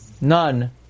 None